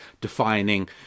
defining